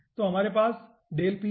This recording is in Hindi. तो हमारे पास हैं